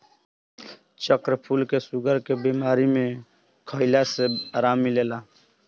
चक्रफूल के शुगर के बीमारी में खइला से आराम मिलेला